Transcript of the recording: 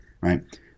right